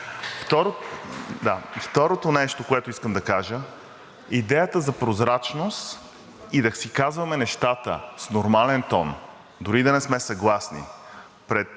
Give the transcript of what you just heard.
Второто нещо, което искам да кажа – идеята за прозрачност и да си казваме нещата с нормален тон, дори и да не сме съгласни,